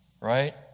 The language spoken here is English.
Right